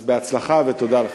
אז בהצלחה, ותודה לך.